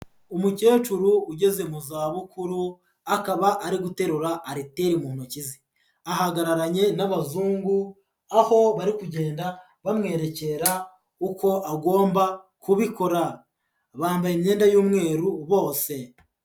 Umukecuru ugeze mu zabukuru, akaba ari guterura ariteri mu ntoki ze, ahagararanye n'abazungu, aho bari kugenda bamwerekera uko agomba kubikora, bambaye imyenda y'umweru bose.